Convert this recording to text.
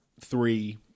three